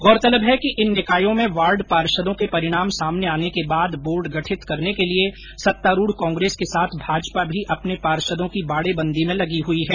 गौरतलब है कि इन निकायों में वार्ड पार्षदों के परिणाम सामने आने के बाद बोर्ड गठित करने के लिये सत्तारूढ़ कांग्रेस के साथ भाजपा भी अपने पार्षदों की बाड़ेबंदी में लगी हयी है